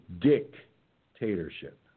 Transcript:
Dictatorship